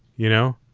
you know,